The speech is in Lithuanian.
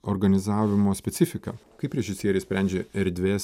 organizavimo specifiką kaip režisieriai sprendžia erdvės